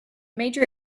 major